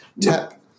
tap